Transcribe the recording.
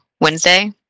Wednesday